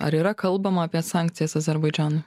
ar yra kalbama apie sankcijas azerbaidžanui